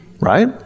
right